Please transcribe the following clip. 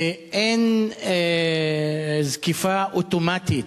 ואין זקיפה אוטומטית